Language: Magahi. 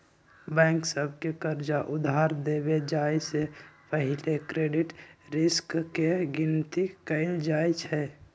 बैंक सभ के कर्जा उधार देबे जाय से पहिले क्रेडिट रिस्क के गिनति कएल जाइ छइ